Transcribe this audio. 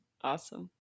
Awesome